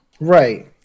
right